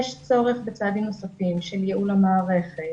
יש צורך בצעדים נוספים של ייעול המערכת,